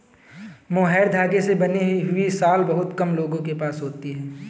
mohair धागे से बनी हुई शॉल बहुत कम लोगों के पास होती है